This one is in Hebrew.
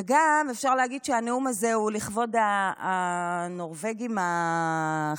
וגם אפשר להגיד שהנאום הזה הוא לכבוד הנורבגים החדשים,